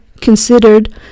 considered